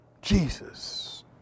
Jesus